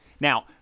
Now